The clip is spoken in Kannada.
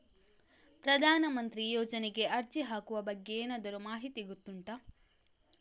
ಪ್ರಧಾನ ಮಂತ್ರಿ ಯೋಜನೆಗೆ ಅರ್ಜಿ ಹಾಕುವ ಬಗ್ಗೆ ಏನಾದರೂ ಮಾಹಿತಿ ಗೊತ್ತುಂಟ?